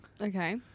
okay